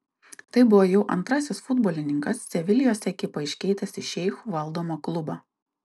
tai buvo jau antrasis futbolininkas sevilijos ekipą iškeitęs į šeichų valdomą klubą